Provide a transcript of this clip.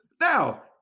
Now